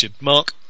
Mark